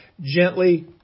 gently